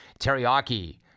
Teriyaki